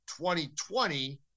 2020